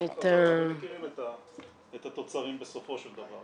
חוזרים --- אנחנו מכירים את התוצרים בסופו של דבר.